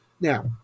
Now